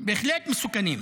בהחלט מסוכנים.